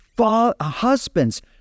husbands